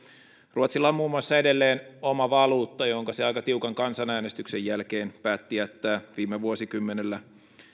ruotsilla on muun muassa edelleen oma valuutta jonka se aika tiukan kansan äänestyksen jälkeen päätti jättää viime vuosikymmenellä